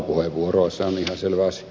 arvoisa puhemies